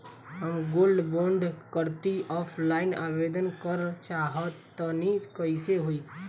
हम gold bond करंति offline आवेदन करल चाह तनि कइसे होई?